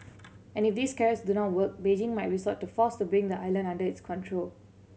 and if these carrots do not work Beijing might resort to force to bring the island under its control